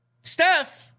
Steph